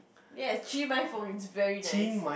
yes see my phone it's very nice